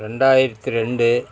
ரெண்டாயிரத்தி ரெண்டு